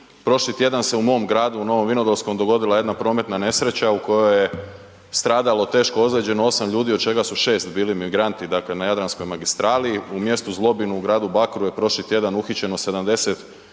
prošli tjedan se u mom gradu u Novom Vinodolskom dogodila jedna prometna nesreća u kojoj je stradalo i teško ozlijeđeno osam ljudi od čega su šest bili migranti na Jadranskoj magistrali u mjestu Zlobin u gradu Bakru je prošli tjedan uhićeno 71